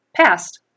past